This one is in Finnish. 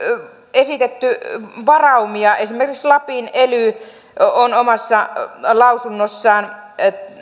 esitetty varaumia esimerkiksi lapin ely on omassa lausunnossaan